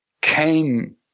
came